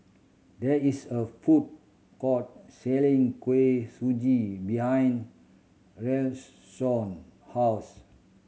there is a food court selling Kuih Suji behind Rayshawn house